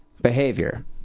behavior